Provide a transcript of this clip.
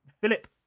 Philip